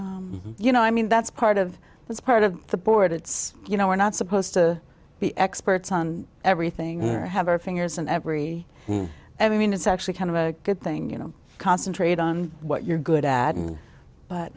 organized you know i mean that's part of that's part of the board it's you know we're not supposed to be experts on everything or have our fingers in every every mean it's actually kind of a good thing you know concentrate on what you're good at and but